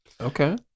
Okay